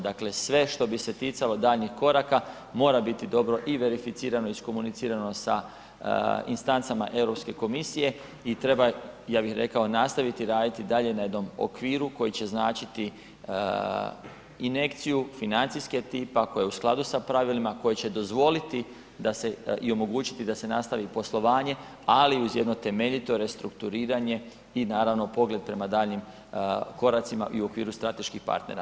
Dakle sve što bi se ticalo daljnjih koraka mora biti dobro i verificirano, iskomunicirano sa instancama Europske komisije i treba ja bih rekao nastaviti raditi dalje na jednom okviru koji će značiti injekciju financijskog tipa koja je u skladu sa pravilima, koja će dozvoliti da se i omogućiti da se nastavi poslovanje ali uz jedno temeljito restrukturiranje i naravno pogled prema daljnjim koracima i u okviru strateških partnera.